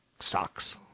stocks